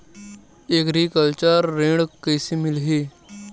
Agriculture ऋण कइसे मिलही?